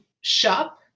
shop